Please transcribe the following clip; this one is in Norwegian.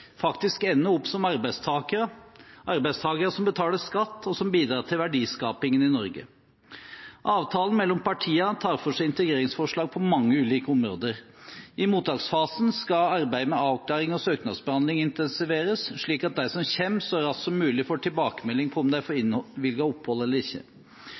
faktisk ender opp som arbeidstakere som betaler skatt og bidrar til verdiskapingen i Norge. Avtalen mellom partiene tar for seg integreringsforslag på mange ulike områder. I mottaksfasen skal arbeidet med avklaring og søknadsbehandling intensiveres, slik at de som kommer, så raskt som mulig får tilbakemelding på om de får innvilget opphold eller ikke.